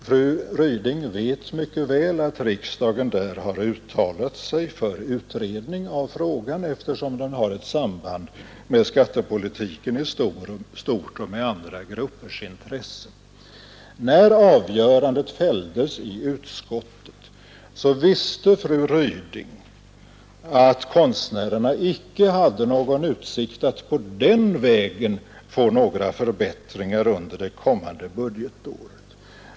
Fru Ryding vet mycket väl att riksdagen där har uttalat sig för en utredning av frågan, eftersom den har ett samband med skattepolitiken i stort och med andra gruppers intressen. När avgörandet fälldes i utskottet visste fru Ryding att konstnärerna icke hade någon utsikt att på den vägen få några förbättringar under det kommande budgetåret.